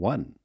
One